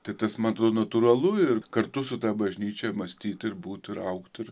tai tas man atrod natūralu ir kartu su ta bažnyčia mąstyt ir būt ir augt ir